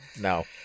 No